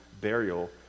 burial